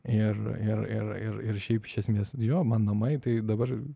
ir ir ir ir ir šiaip iš esmės jo man namai tai dabar